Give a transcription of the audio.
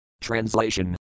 Translation